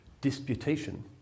disputation